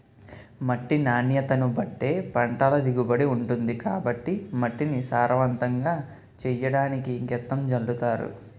మట్టి నాణ్యతను బట్టే పంటల దిగుబడి ఉంటుంది కాబట్టి మట్టిని సారవంతంగా చెయ్యడానికి గెత్తం జల్లుతారు